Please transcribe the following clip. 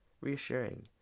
reassuring